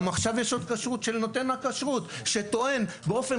גם עכשיו יש כשרות של נותן הכשרות שטוען באופן